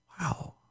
Wow